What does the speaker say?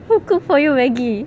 who cook for you maggi